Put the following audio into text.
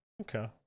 okay